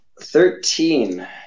Thirteen